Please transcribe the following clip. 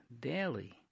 daily